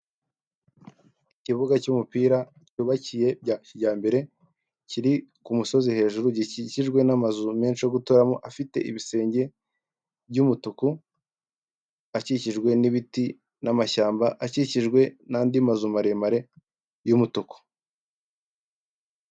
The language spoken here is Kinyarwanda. Ikibuga cyumupira cyubakiye bya kijyambere kiri ku kumusozi hejuru gikikijwe n'amazu menshi yo guturamo afite ibisenge by'umutuku akikijwe nibiti, n'amashyamba akikijwe nandi mazu maremare y'umutuku.